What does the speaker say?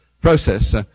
process